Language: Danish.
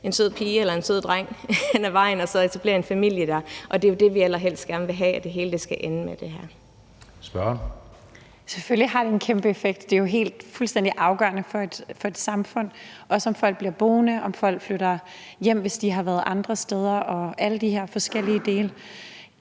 en sød pige eller en sød dreng hen ad vejen og så etablerer en familie der, og det er jo det, vi allerhelst gerne vil have hele det her skal ende med. Kl. 17:09 Anden næstformand (Jeppe Søe): Spørgeren. Kl. 17:09 Victoria Velasquez (EL): Selvfølgelig har det en kæmpe effekt. Det er jo fuldstændig afgørende for et samfund, om folk bliver boende, om folk flytter hjem, hvis de har været andre steder, og alle de her forskellige dele.